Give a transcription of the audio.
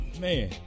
Man